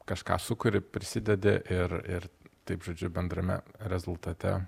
kažką sukuri prisidedi ir ir taip žodžiu bendrame rezultate